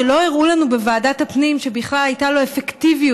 שלא הראו לנו בוועדת הפנים שבכלל הייתה לו אפקטיביות,